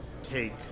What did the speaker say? Take